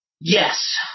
Yes